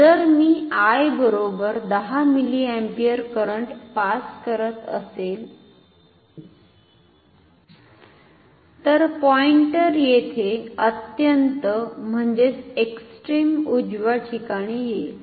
जर मी I बरोबर 10 मिलिअम्पियर करंट पास करत असेल तर पॉईंटर येथे अत्यंतएक्सट्रिम उजव्या ठिकाणी येईल